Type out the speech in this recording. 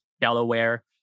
Delaware